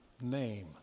name